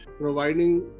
providing